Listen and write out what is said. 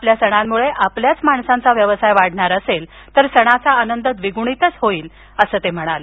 आपल्या सणांमुळे आपल्याच माणसांचा व्यवसाय वाढणार असेल तर सणाचा आनंद द्विगुणितच होईल असं ते म्हणाले